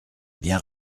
bien